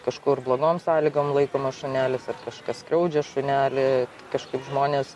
kažkur blogom sąlygom laikoma šunelis ar kažkas skriaudžia šunelį kažkaip žmonės